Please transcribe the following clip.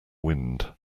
wind